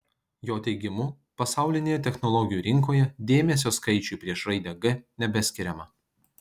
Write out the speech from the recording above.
jo teigimu pasaulinėje technologijų rinkoje dėmesio skaičiui prieš raidę g nebeskiriama